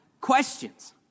questions